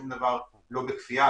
שום דבר לא בכפייה,